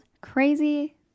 crazy